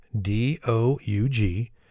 D-O-U-G